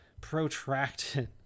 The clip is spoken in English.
protracted